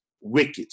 wicked